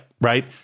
Right